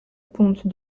ponte